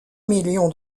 million